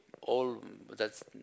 all—that's